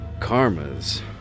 karma's